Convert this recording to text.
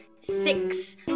six